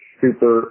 super